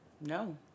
No